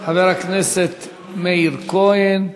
חבר הכנסת מאיר כהן.